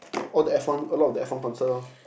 all the F one a lot of the F one concert lor